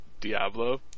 Diablo